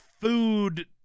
food